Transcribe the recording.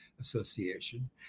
association